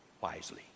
wisely